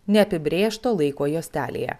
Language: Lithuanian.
neapibrėžto laiko juostelėje